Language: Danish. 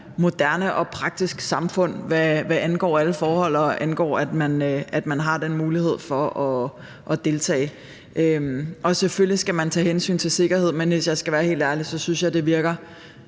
– det gælder, for så vidt angår alle forhold, men også det, at man har den mulighed for at deltage. Man skal selvfølgelig tage hensyn til sikkerhed, men hvis jeg skal være helt ærlig, så synes jeg, at det virker